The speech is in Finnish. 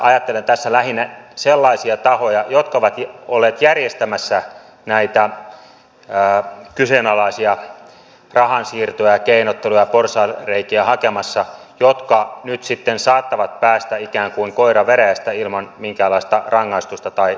ajattelen tässä lähinnä sellaisia tahoja jotka ovat olleet järjestämässä näitä kyseenalaisia rahansiirtoja ja keinotteluja ja hakemassa porsaanreikiä ja jotka nyt saattavat päästä ikään kuin koira veräjästä ilman minkäänlaista rangaistusta tai sanktiota